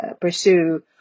pursue